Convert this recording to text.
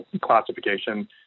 classification